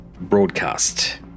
broadcast